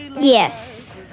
Yes